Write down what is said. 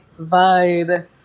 vibe